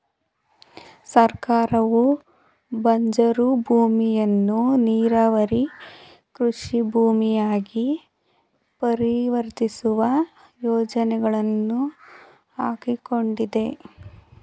ಸರ್ಕಾರವು ಬಂಜರು ಭೂಮಿಯನ್ನು ನೀರಾವರಿ ಕೃಷಿ ಭೂಮಿಯಾಗಿ ಪರಿವರ್ತಿಸುವ ಯೋಜನೆಗಳನ್ನು ಹಾಕಿಕೊಂಡಿದೆ